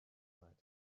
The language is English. night